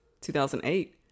2008